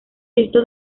esto